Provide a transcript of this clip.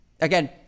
Again